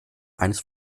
eines